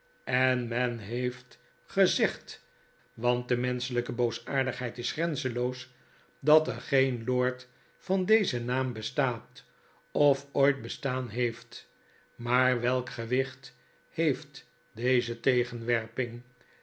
en men heeft gezegd want de menschelijke boosaardigheid is grenzenloos dat er geen lord van dezen naam bestaat of ooit bestaan heeft maar welk gewicht heeft deze tegenwerping